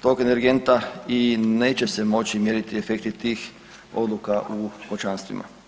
tog energenta i neće se moći mjeriti efekti tih odluka u kućanstvima.